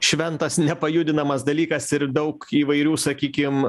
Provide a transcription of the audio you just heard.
šventas nepajudinamas dalykas ir daug įvairių sakykim